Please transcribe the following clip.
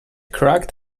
cracked